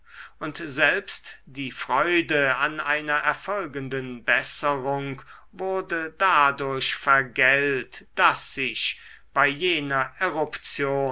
und selbst die freude an einer erfolgenden besserung wurde dadurch vergällt daß sich bei jener eruption